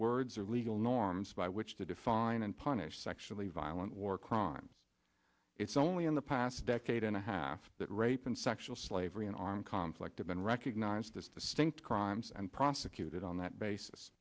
words or legal norms by which to define and punish sexually violent war crimes it's only in the past decade and a half that rape and sexual slavery an armed conflict of men recognized this the stink crimes and prosecuted on that basis